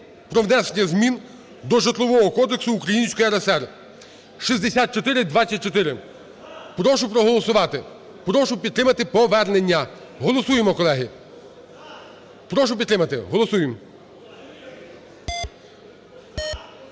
до проекту Закону до Житлового кодексу Української РСР (6424). Прошу проголосувати. Прошу підтримати повернення. Голосуємо, колеги. Прошу підтримати. Голосуємо.